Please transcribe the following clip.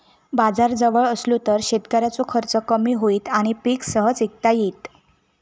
बाजार जवळ असलो तर शेतकऱ्याचो खर्च कमी होईत आणि पीक सहज इकता येईत